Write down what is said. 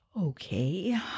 okay